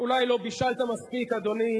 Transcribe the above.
אולי לא בישלת מספיק, אדוני,